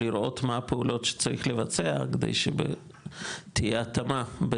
לראות מה הפעולות שצריך לבצע כדי שתהיה התאמה,